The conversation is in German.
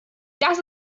das